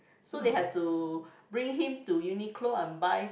so they have to bring him to Uniqlo and buy